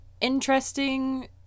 interesting